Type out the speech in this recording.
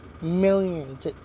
millions